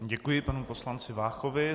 Děkuji panu poslanci Váchovi.